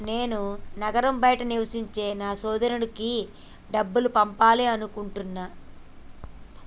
నేను నగరం బయట నివసించే నా సోదరుడికి డబ్బు పంపాలనుకుంటున్నా